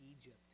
Egypt